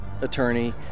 attorney